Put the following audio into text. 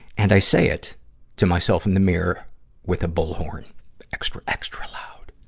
and i say it to myself in the mirror with a bullhorn extra, extra loud.